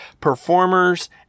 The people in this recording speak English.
performers